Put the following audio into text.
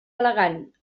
elegant